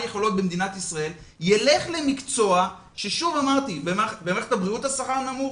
יכולת במדינת ישראל ילכו למקצוע כשבמערכת הבריאות השכר נמוך,